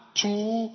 two